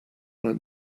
mind